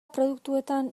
produktuetan